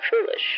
foolish